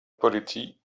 poletti